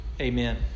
Amen